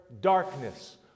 darkness